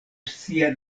sia